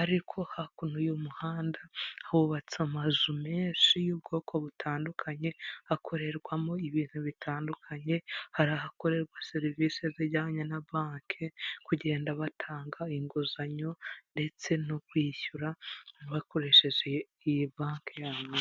ariko hakuno y'umuhanda, hubatse amazu menshi y'ubwoko butandukanye, hakorerwamo ibintu bitandukanye, hari ahakorerwa serivisi zijyanye na banki, kugenda batanga inguzanyo ndetse no kwishyura, bakoresheje iyi banki yabo.